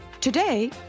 Today